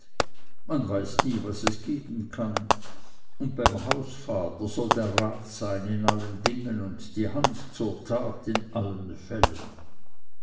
man weiß nie was es geben kann und beim hausvater soll der rat sein in allen dingen und die hand zur tat in allen fällen